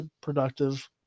productive